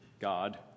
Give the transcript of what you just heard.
God